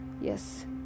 yes